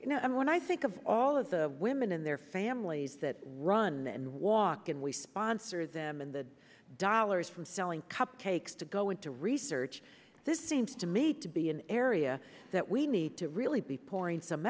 you know i mean when i think of all of the women and their families that run and walk and we sponsor them in the dollars from selling cupcakes to go into research this seems to me to be an area that we need to really be pouring some